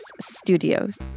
studios